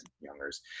younger's